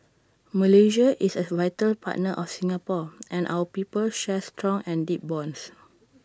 Malaysia is A vital partner of Singapore and our peoples share strong and deep bonds